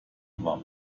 war